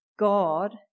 God